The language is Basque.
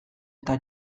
eta